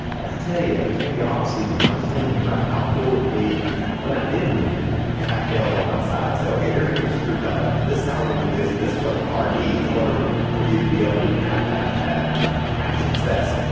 but i tell you during the off season i was thinking about how cool it would be when i didn't win to have dale on my side to say okay here's where you screwed that up and this is how we're gonna do this and this is what the car needs in order for you to be able to to have that that ah half success.